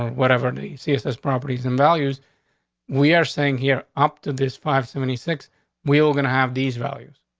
whatever the css properties and values we are saying here, up to this five seventy six we were gonna have these values.